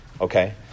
Okay